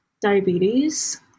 diabetes